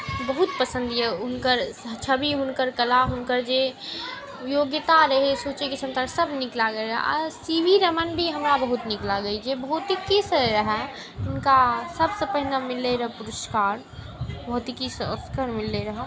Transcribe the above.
बहुत पसन्द यऽ हुनकर छवि हुनकर कला हुनकर जे योग्यता रहै सोचैके क्षमता सभ नीक लागै रहै आर सी वी रमण भी हमरा बहुत नीक लागल जे भौतिकीसे रहै हुनका सभसँ पहिने मिललै रऽ पुरस्कार भौतिकीसँ ऑस्कर मिललै रह